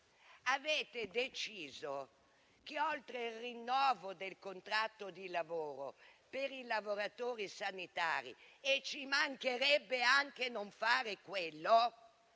Avete deciso che oltre il rinnovo del contratto di lavoro per i lavoratori sanitari - e ci mancherebbe anche che non lo